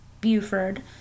Buford